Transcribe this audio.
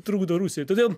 trukdo rusijai todėl